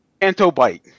Antobite